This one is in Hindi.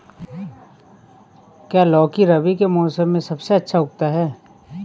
क्या लौकी रबी के मौसम में सबसे अच्छा उगता है?